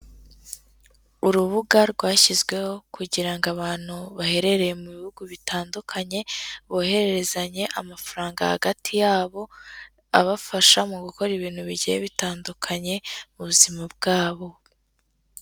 Urubuga rwashyizweho kugira ngo abantu baherereye mu bihugu bitandukanye bohererezanya amafaranga hagati yabo abafasha mu gukora ibintu bigiye bitandukanye mu buzima bwabo.